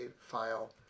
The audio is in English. file